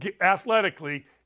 athletically